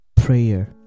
Prayer